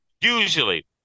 usually